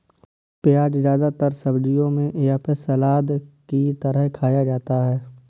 प्याज़ ज्यादातर सब्जियों में या फिर सलाद की तरह खाया जाता है